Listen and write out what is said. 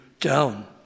down